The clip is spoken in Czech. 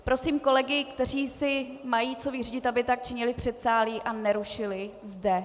Prosím kolegy, kteří si mají co vyřídit, aby tak činili v předsálí a nerušili zde.